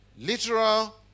Literal